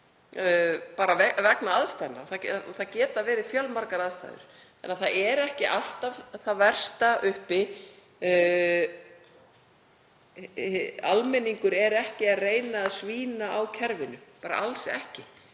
bara vegna aðstæðna og það geta verið fjölmargar aðstæður. Það er ekki alltaf það versta uppi. Almenningur er ekki að reyna að svína á kerfinu, bara alls ekki.